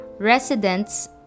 residents